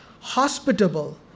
hospitable